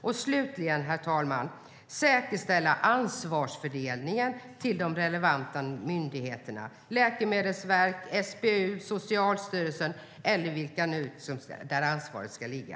Och slutligen är det viktigt säkerställa ansvarsfördelningen till de relevanta myndigheterna Läkemedelsverket, SBU Socialstyrelsen eller var ansvaret nu kommer att ligga.